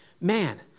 Man